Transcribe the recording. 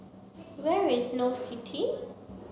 where is Snow City